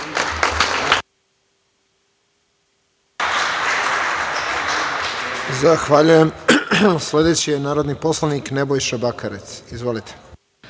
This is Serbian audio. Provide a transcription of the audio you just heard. Zahvaljujem. Sledeći je narodni poslanik Nebojša Bakarec. Izvolite.